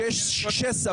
כשיש שסע,